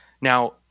Now